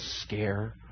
scare